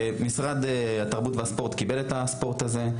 משרד התרבות והספורט קיבל את הספורט הזה,